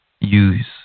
use